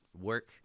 work